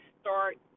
start